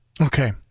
Okay